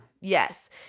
yes